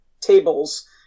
tables